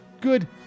good